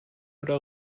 oder